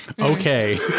Okay